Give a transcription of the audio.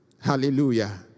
Hallelujah